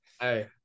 Hey